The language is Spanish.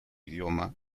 idioma